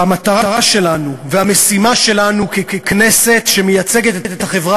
והמטרה שלנו והמשימה שלנו ככנסת שמייצגת את החברה